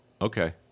Okay